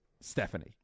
Stephanie